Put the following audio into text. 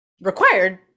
required